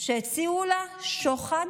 שהציעו לה שוחד